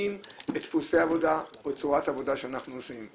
את דפוסי העבודה וצורת העבודה שאנחנו עושים.